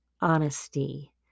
honesty